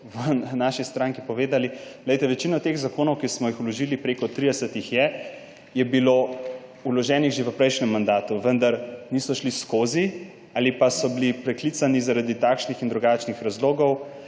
v naši stranki povedali. Večina teh zakonov, ki smo jih vložili, prek 30 jih je, je bila vložena že v prejšnjem mandatu, vendar niso šli skozi ali so bili preklicani zaradi takšnih in drugačnih razlogov.